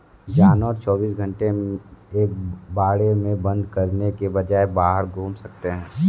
जानवर चौबीस घंटे एक बाड़े में बंद रहने के बजाय बाहर घूम सकते है